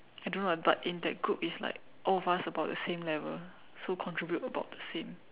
I don't know eh but in that group is like all of us about the same level so contribute about the same